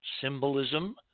symbolism